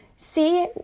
See